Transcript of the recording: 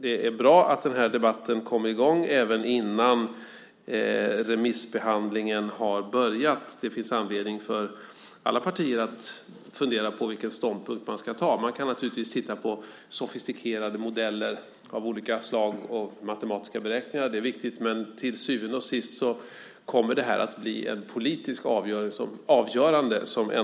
Det är bra att debatten kommer i gång, även innan remissbehandlingen har börjat. Det finns anledning för alla partier att fundera över vilken ståndpunkt man ska inta. Man kan naturligtvis titta på sofistikerade modeller av olika slag och matematiska beräkningar - det är viktigt - men till syvende och sist måste det bli ett politiskt avgörande.